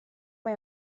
mae